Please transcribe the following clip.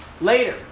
later